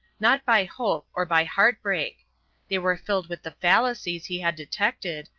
not by hope or by heart-break they were filled with the fallacies he had detected,